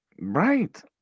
Right